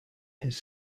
his